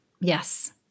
Yes